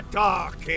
dark